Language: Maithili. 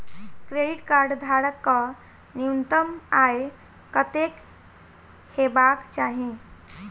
क्रेडिट कार्ड धारक कऽ न्यूनतम आय कत्तेक हेबाक चाहि?